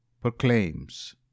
Proclaims